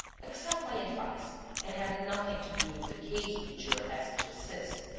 accept my advice and have nothing to do with the case in which you are asked to assist.